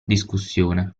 discussione